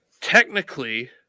technically